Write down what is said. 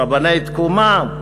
רבני תקומה?